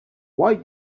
why